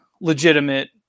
legitimate